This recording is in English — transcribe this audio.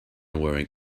wearing